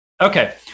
Okay